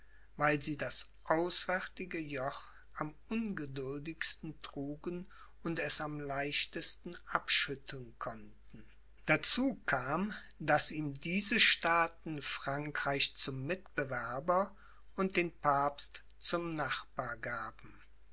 weil sie das auswärtige joch am ungeduldigsten trugen und es am leichtesten abschütteln konnten dazu kam daß ihm diese staaten frankreich zum mitbewerber und den papst zum nachbar gaben